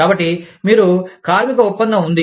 కాబట్టి మీకు కార్మిక ఒప్పందం ఉంది